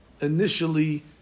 initially